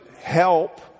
help